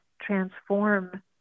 transform